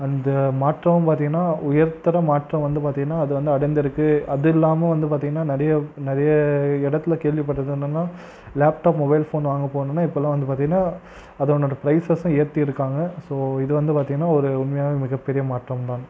அந்த மாற்றம் பார்த்திங்கன்னா உயர்த்தர மாற்றம் வந்து பார்த்திங்கன்னா அது வந்து அடர்ந்துருக்கு அதுவும் இல்லாமல் பார்த்திங்கன்னா நிறைய நிறைய இடத்துல கேள்விப்பட்டது என்னன்னா லேப்டாப் மொபைல் ஃபோன் வாங்க போகணுன்னா இப்போல்லாம் வந்து பார்த்திங்கன்னா அதனோட ப்ரைஸஸும் ஏற்றிருக்காங்க ஸோ இது வந்து பார்த்திங்கன்னா ஒரு உண்மையாலும் மிகப்பெரிய மாற்றம் தான்